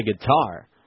guitar